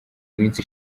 minsi